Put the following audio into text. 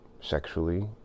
sexually